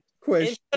Question